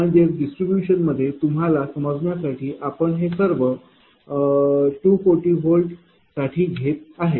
म्हणजेच डिस्ट्रीब्यूशन मध्ये तुम्हाला समजण्यासाठी आपण हे सर्व 240 V साठी घेत आहे